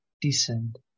descend